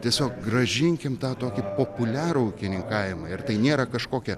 tiesiog grąžinkim tą tokį populiarų ūkininkavimą ir tai nėra kažkokia